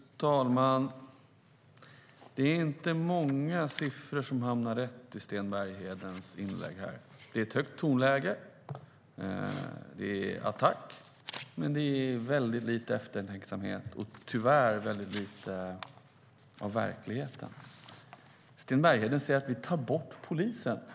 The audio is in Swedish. Fru talman! Det är inte många siffror som är rätt i Sten Berghedens inlägg. Tonläget är högt, det är attack, men det är väldigt lite eftertänksamhet och tyvärr väldigt lite av verkligheten. Sten Bergheden säger att vi tar bort polisen.